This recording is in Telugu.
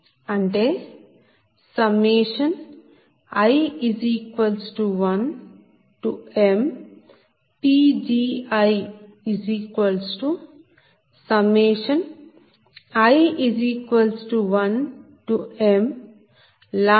అంటే i1mPgii1mλ bi2diPL